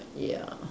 ya